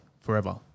forever